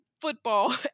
Football